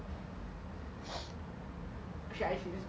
like right after this dumb